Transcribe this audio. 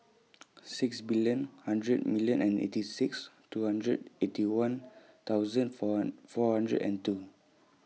six billion hundred million and eight six two hundred Eighty One thousand four four hundred and two